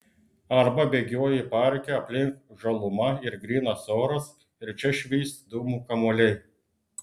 arba bėgioji parke aplink žaluma ir grynas oras ir čia švyst dūmų kamuoliai